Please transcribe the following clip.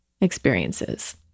experiences